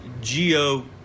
Geo